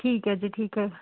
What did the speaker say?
ਠੀਕ ਹੈ ਜੀ ਠੀਕ ਹੈ